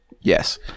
Yes